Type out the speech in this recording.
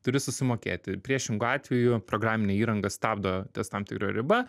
turi susimokėti priešingu atveju programinė įranga stabdo ties tam tikra riba